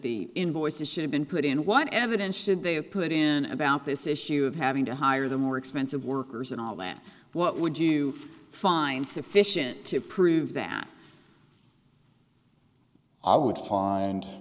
the invoices should have been put in what evidence should they have put in about this issue of having to hire the more expensive workers and all that what would you find sufficient to prove that i would find